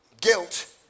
guilt